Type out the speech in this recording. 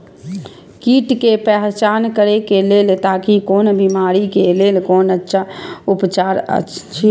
कीट के पहचान करे के लेल ताकि कोन बिमारी के लेल कोन अच्छा उपचार अछि?